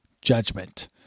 judgment